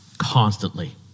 constantly